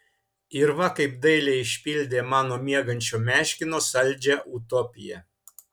ir va kaip dailiai išpildė mano miegančio meškino saldžią utopiją